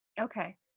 Okay